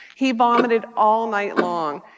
he vomited all night long.